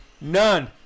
None